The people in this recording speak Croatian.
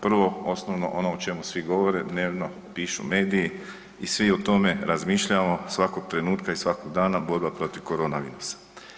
Prvo, osnovno ono o čemu svi govore, dnevno pišu mediji i svi o tome razmišljamo, svakog trenutka i svakog dana, borba protiv koronavirusa.